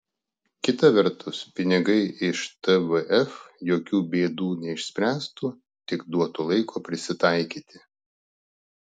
kita vertus pinigai iš tvf jokių bėdų neišspręstų tik duotų laiko prisitaikyti